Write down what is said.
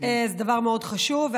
זה דבר מאוד חשוב.